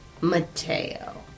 Mateo